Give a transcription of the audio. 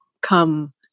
come